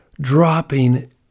dropping